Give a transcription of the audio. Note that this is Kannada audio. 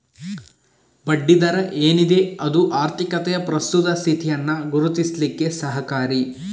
ಬಡ್ಡಿ ದರ ಏನಿದೆ ಅದು ಆರ್ಥಿಕತೆಯ ಪ್ರಸ್ತುತ ಸ್ಥಿತಿಯನ್ನ ಗುರುತಿಸ್ಲಿಕ್ಕೆ ಸಹಕಾರಿ